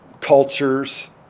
cultures